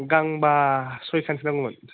गांबा सयखानसो नांगौमोन